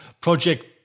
Project